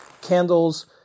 candles